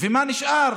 מה נשאר